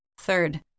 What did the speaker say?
Third